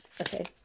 Okay